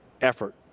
effort